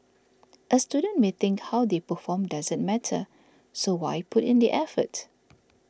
a student may think how they perform doesn't matter so why put in the effort